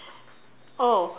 oh